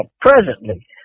presently